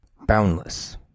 Boundless